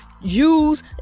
use